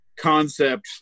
concept